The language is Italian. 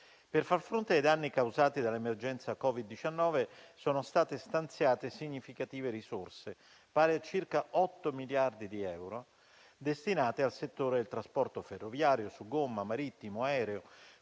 Per far fronte ai danni causati dall'emergenza Covid-19 sono state stanziate significative risorse, pari a circa otto miliardi di euro, destinate al settore del trasporto ferroviario, su gomma, marittimo e aereo,